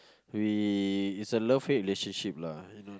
very it's a love hate relationship lah you know